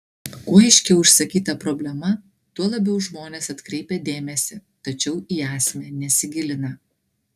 kuo aiškiau išsakyta problema tuo labiau žmonės atkreipia dėmesį tačiau į esmę nesigilina